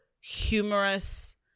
humorous